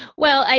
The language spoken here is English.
well, i,